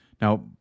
Now